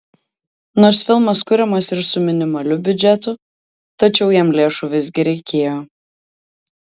nors filmas kuriamas ir su minimaliu biudžetu tačiau jam lėšų visgi reikėjo